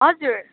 हजुर